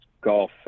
golf